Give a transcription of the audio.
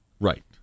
right